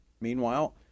Meanwhile